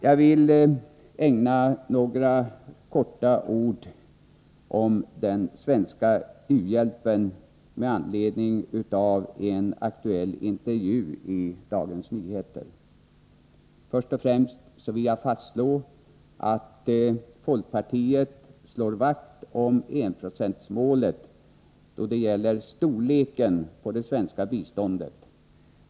Jag skall ägna den svenska u-hjälpen några få ord med anledning av en aktuell intervju i Dagens Nyheter. Först och främst vill jag fastslå att folkpartiet slår vakt om enprocentsmålet vad gäller storleken på det svenska biståndet.